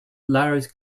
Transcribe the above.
laird